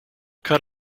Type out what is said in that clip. cut